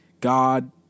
God